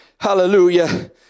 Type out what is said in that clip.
hallelujah